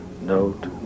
note